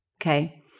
Okay